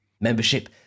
Membership